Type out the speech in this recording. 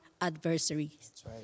adversaries